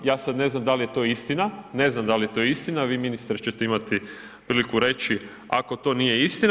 Ja sad to ne znam da li je to istina, ne znam da li je to istina, vi, ministre, ćete imati priliku reći ako to nije istina.